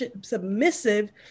submissive